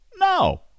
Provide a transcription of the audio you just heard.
no